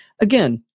Again